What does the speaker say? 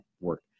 work